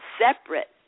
separate